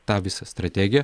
ta visa strategija